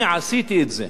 אני עשיתי את זה.